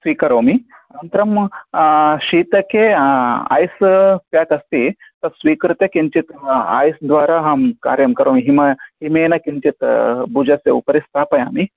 स्वीकरोमि अनन्तरं शीतके ऐस् पेक् अस्ति तत् स्वीकृत्य किञ्चित् ऐस् द्वारा अहं कार्यं करोमि हिमेन किञ्चित् भुजस्य उपरि स्थापयामि